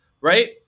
right